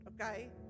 okay